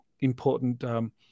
important